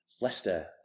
Leicester